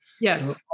Yes